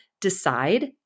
decide